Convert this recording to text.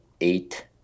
eight